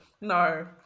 No